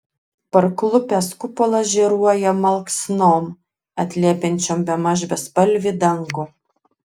parklupęs kupolas žėruoja malksnom atliepiančiom bemaž bespalvį dangų